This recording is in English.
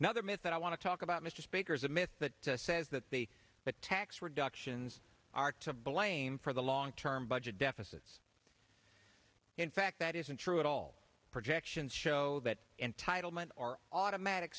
myth that i want to talk about mr speaker is a myth that says that the the tax reductions are to blame for the long term budget deficits in fact that isn't true at all projections show that entitlement or automatic